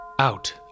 Out